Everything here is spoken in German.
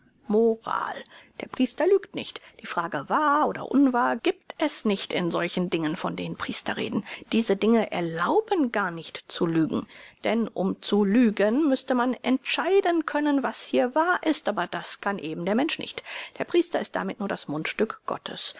moral der priester lügt nicht die frage wahr oder unwahr giebt es nicht in solchen dingen von denen priester reden diese dinge erlauben gar nicht zu lügen denn um zu lügen müßte man entscheiden können was hier wahr ist aber das kann eben der mensch nicht der priester ist damit nur das mundstück gottes